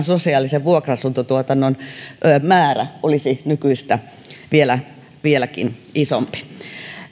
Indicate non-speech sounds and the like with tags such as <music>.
<unintelligible> sosiaalisen vuokra asuntotuotannon määrä olisi nykyistä vieläkin isompi